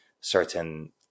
certain